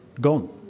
Gone